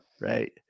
Right